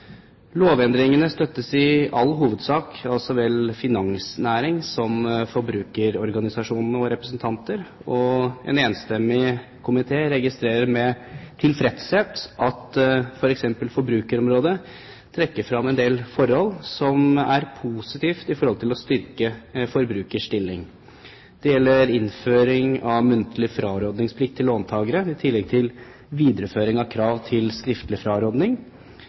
Lovendringene støttes i all hovedsak av så vel finansnæringen som forbrukerorganisasjonene og representanter, og en enstemmig komité registrerer med tilfredshet at f.eks. Forbrukerrådet trekker frem en del forhold som er positive for å styrke forbrukers stilling. Det gjelder innføring av muntlig frarådningsplikt til låntakere i tillegg til videreføring av krav til skriftlig frarådning.